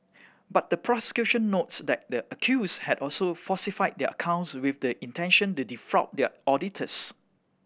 but the prosecution notes that the accused had also falsified their accounts with the intention to defraud their auditors